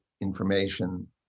information